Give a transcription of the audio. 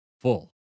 full